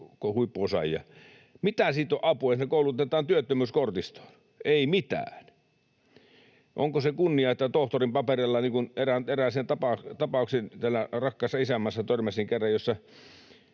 mitä siitä on apua, jos nämä koulutetaan työttömyyskortistoon? Ei mitään. Onko se kunnia, että tohtorin papereilla... Niin kuin täällä rakkaassa isänmaassa törmäsin kerran